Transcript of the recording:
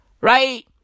right